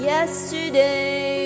Yesterday